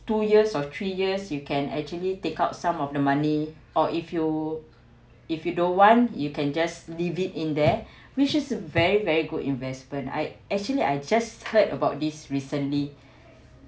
two years of three years you can actually take out some of the money or if you if you don't want you can just leave it in there which is very very good investment I actually I just heard about this recently